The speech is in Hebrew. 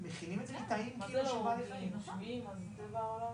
אחת, הוסבר לנו